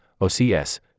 OCS